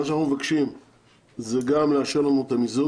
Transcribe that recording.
אנחנו מבקשים גם לאשר לנו את המיזוג,